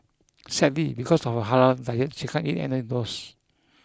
sadly because of her halal diet she can't eat any of those